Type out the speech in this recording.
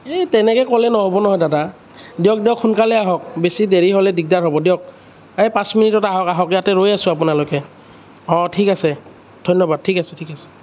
এই তেনেকে ক'লে নহব নহয় দাদা দিয়ক দিয়ক সোনকালে আহক বেছি দেৰি হ'লে দিগদাৰ হ'ব দিয়ক সেই পাঁচ মিনিটত আহক আহক ইয়াতে ৰৈ আছোঁ আপোনালৈকে অঁ ঠিক আছে ধন্য়বাদ ঠিক আছে ঠিক আছে